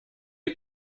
die